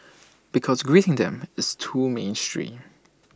because greeting them is too mainstream